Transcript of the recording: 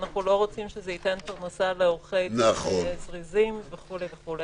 אנחנו לא רוצים שזה ייתן פרנסה לעורכי דין זריזים וכו' וכו'.